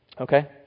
okay